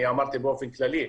אני אמרתי באופן כללי.